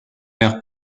mère